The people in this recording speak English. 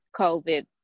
COVID